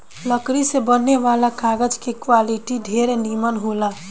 लकड़ी से बने वाला कागज के क्वालिटी ढेरे निमन होला